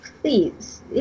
please